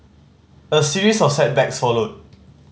a series of setbacks followed